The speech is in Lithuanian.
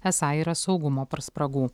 esą yra saugumo spragų